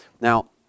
Now